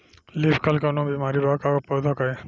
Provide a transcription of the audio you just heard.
Leaf curl कौनो बीमारी बा का पौधा के?